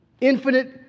Infinite